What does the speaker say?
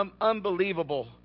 Unbelievable